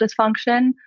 dysfunction